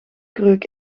kreuk